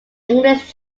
english